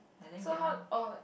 so how oh